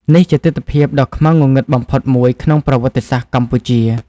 នេះជាទិដ្ឋភាពដ៏ខ្មៅងងឹតបំផុតមួយក្នុងប្រវត្តិសាស្ត្រកម្ពុជា។